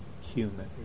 human